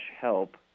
help